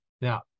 Now